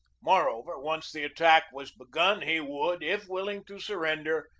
moreover, once the attack was begun he would, if willing to surrender,